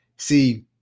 See